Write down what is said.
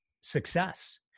success